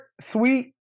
sweet